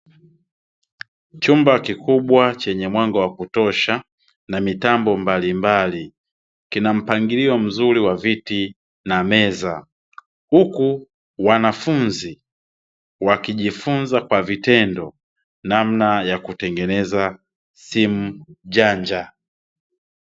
Chumba kikubwa chenye mwanga wa kutosha na mitambo mbalimbali, kina mpangilio mzuri wa viti na meza huku wanafunzi wakijifunza kwa vitendo namna ya kutengeneza simu janja .